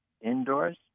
indoors